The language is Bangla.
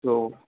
তো